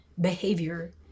behavior